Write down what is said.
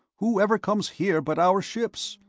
who ever comes here but our ships?